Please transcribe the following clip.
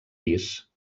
pis